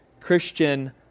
Christian